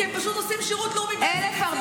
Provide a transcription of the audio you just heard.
כי הם פשוט עושים שירות לאומי --- 1,400